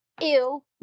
Ew